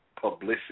publicity